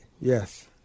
Yes